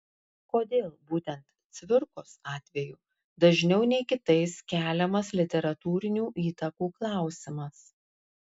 kodėl būtent cvirkos atveju dažniau nei kitais keliamas literatūrinių įtakų klausimas